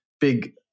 big